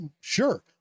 sure